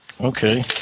Okay